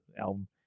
album